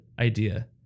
idea